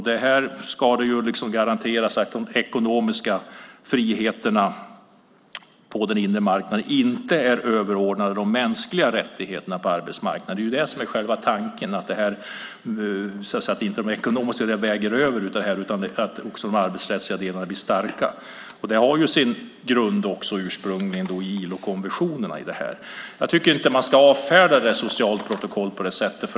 Detta ska garantera att de ekonomiska friheterna på den inre marknaden inte är överordnade de mänskliga rättigheterna på arbetsmarknaden. Själva tanken är att de ekonomiska friheterna inte ska väga över utan att också de arbetsrättsliga delarna blir starka. Detta har ursprungligen sin grund i ILO-konventionerna. Jag tycker inte att man ska avfärda ett socialt protokoll på det sättet.